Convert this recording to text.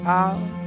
out